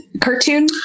cartoon